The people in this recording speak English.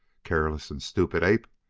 careless and stupid ape!